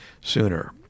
sooner